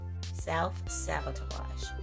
Self-sabotage